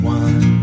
one